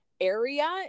area